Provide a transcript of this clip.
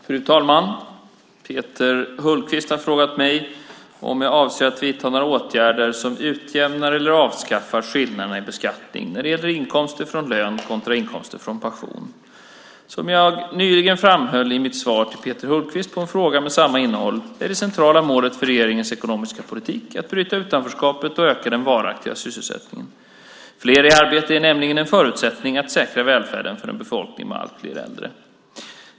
Fru talman! Peter Hultqvist har frågat mig om jag avser att vidta några åtgärder som utjämnar eller avskaffar skillnaderna i beskattning när det gäller inkomster från lön kontra inkomster från pension. Som jag nyligen framhöll i mitt svar till Peter Hultqvist på en fråga med samma innehåll är det centrala målet för regeringens ekonomiska politik att bryta utanförskapet och att öka den varaktiga sysselsättningen. Fler i arbete är nämligen en förutsättning för att säkra välfärden för en befolkning med allt fler äldre.